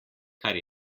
kar